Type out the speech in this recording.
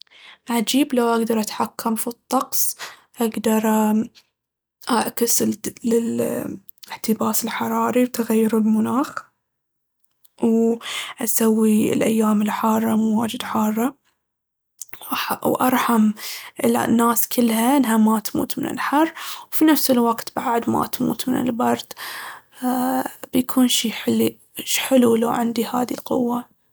عجيب لو أقدر أتحكم في الطقس، أقدر أعكس ال- الاحتباس الحراري وتغيير المناخ، وأسوي الأيام الحارة مو واجد حارة. وأرحم الناس كلها انها ما تموت من الحر وفي نفس الوقت بعد ما تموت من البرد أ- بيكون شي حليو- حلو لو عندي هاذي القوة.